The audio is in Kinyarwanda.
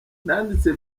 nanditse